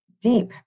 deep